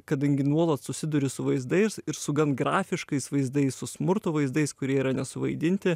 kadangi nuolat susiduri su vaizdais ir su gan grafiškais vaizdais su smurto vaizdais kurie yra nesuvaidinti